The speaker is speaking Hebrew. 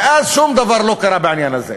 מאז שום דבר לא קרה בעניין הזה.